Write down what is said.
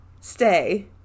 Stay